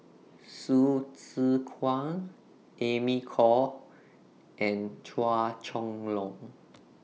Hsu Tse Kwang Amy Khor and Chua Chong Long